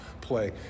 play